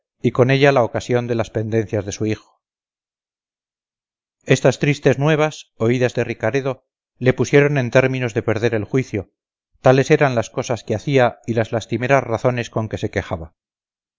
y con ella la ocasión de las pendencias de su hijo estas tristes nuevas oídas de ricaredo le pusieron en términos de perder el juicio tales eran las cosas que hacía y las lastimeras razones con que se quejaba